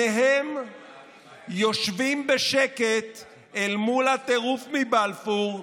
שניהם יושבים בשקט אל מול הטירוף מבלפור,